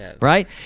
Right